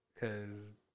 Cause